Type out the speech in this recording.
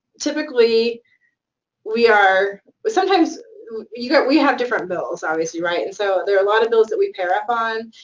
typically we are but sometimes you know we have different bills, obviously, right? and so there are a lot of bills that we pair up on.